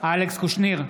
אלכס קושניר,